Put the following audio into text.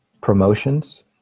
promotions